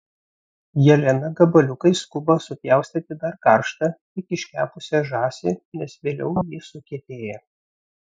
jelena gabaliukais skuba supjaustyti dar karštą tik iškepusią žąsį nes vėliau ji sukietėja